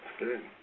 good